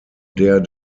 der